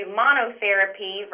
monotherapy